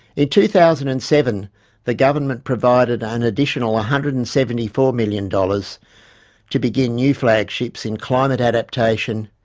in two thousand and seven the government provided an additional one ah hundred and seventy four million dollars to begin new flagships in climate adaptation,